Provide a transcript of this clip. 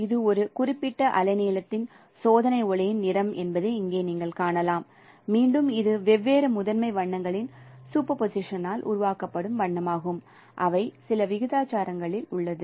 இது ஒரு குறிப்பிட்ட அலைநீளத்தின் சோதனை ஒளியின் நிறம் என்பதை இங்கே நீங்கள் காணலாம் மீண்டும் இது வெவ்வேறு முதன்மை வண்ணங்களின் சூப்பர் போசிஷன் ஆல் உருவாக்கப்படும் வண்ணமாகும் அவை சில விகிதாச்சாரத்தில் உள்ளன